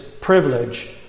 privilege